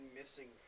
missing